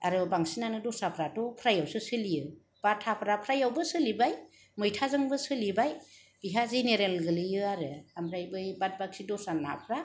आरो बांसिनानो दस्राफ्राथ' फ्रायावसो सोलियो बाथाफ्रा फ्रायावबो सोलिबाय मैथाजोंबो सोलिबाय बेहा जेनेरेल गोलैयो आरो ओमफ्राय बाद बाखि दस्रा नाफ्रा